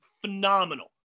phenomenal